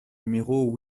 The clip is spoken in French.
numéro